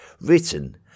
written